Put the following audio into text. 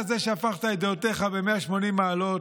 אתה זה שהפכת את דעותיך ב-180 מעלות,